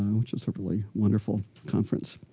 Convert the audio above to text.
which was a really wonderful conference.